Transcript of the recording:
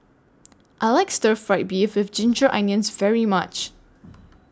I like Stir Fried Beef with Ginger Onions very much